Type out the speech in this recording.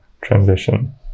transition